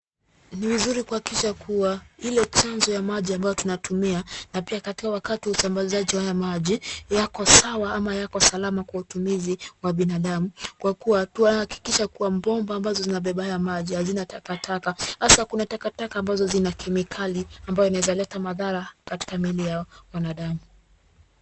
Ni vizuri kuhakikisha kua ile chanzo ya maji ambayo tunatumia na pia katika wakati wa usambazaji wa haya maji yako sawa ama yako salama kwa utumizi wa binadamu kwa kua tunahakikisha kua mabomba ambazo zinabeba haya maji hazina takataka, hasa kuna takataka ambazo zina kemikali ambayo inawezaleta madhara katika miili ya wanadamu.